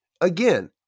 Again